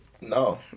No